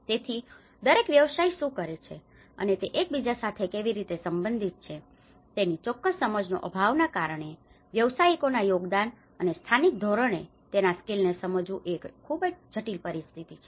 તેથી દરેક વ્યવસાય શું કરે છે અને તે એકબીજા સાથે કેવી રીતે સંબંધિત છે તેની ચોક્કસ સમજનો અભાવના કારણે વ્યાવસાયિકોના યોગદાન અને સ્થાનિક ધોરણે તેના સ્કેલને સમજવું એ એક ખૂબજ જટિલ પરિસ્થિતિ છે